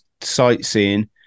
sightseeing